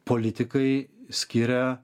politikai skiria